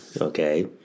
Okay